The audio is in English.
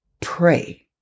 Pray